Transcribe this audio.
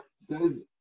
says